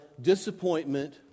disappointment